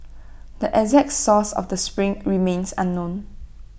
the exact source of the spring remains unknown